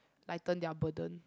lighten their burden